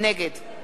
יעקב מרגי,